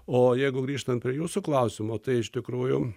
o jeigu grįžtant prie jūsų klausimo tai iš tikrųjų